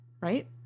right